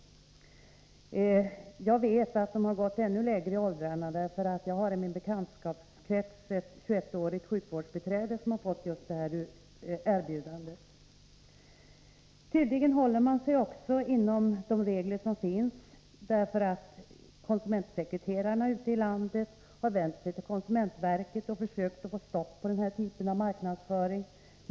Jag vet att man har gått ut till personer i ännu lägre åldrar. Jag har i min bekantskapskrets ett 21-årigt sjukvårdsbiträde som har fått just detta erbjudande. Tydligen håller man sig också inom de regler som finns. Konsumentsekreterarna ute i landet har vänt sig till konsumentverket och försökt att få stopp på den här typen av marknadsföring.